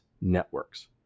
networks